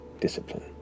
discipline